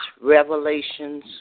Revelations